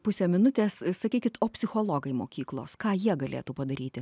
pusę minutės sakykit o psichologai mokyklos ką jie galėtų padaryti